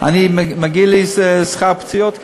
מגיע לי שכר פציעות כאן.